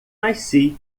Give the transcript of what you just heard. nasci